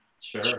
Sure